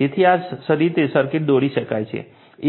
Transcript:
તેથી આ રીતે સર્કિટ દોરી શકાય છે